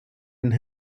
and